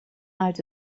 uit